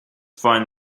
find